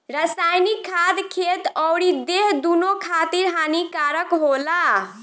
रासायनिक खाद खेत अउरी देह दूनो खातिर हानिकारक होला